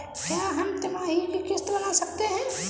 क्या हम तिमाही की किस्त बना सकते हैं?